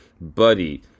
Buddy